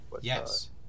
Yes